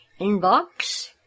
inbox